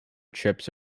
chips